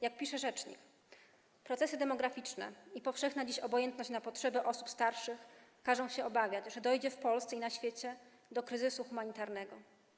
Jak pisze rzecznik: Procesy demograficzne i powszechna dziś obojętność na potrzeby osób starszych każą się obawiać, że dojdzie w Polsce i na świecie do kryzysu humanitarnego.